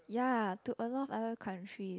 ya to a lot of other countries